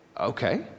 Okay